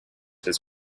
his